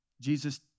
Jesus